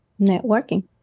networking